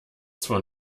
zwar